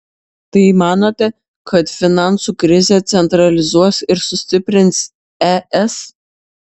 tai manote kad finansų krizė centralizuos ir sustiprins es